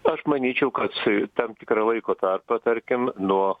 aš manyčiau kad tam tikrą laiko tarpą tarkim nuo